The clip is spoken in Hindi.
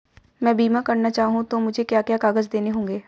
मैं बीमा करना चाहूं तो मुझे क्या क्या कागज़ देने होंगे?